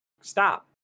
Stop